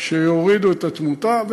שיורידו את התמותה.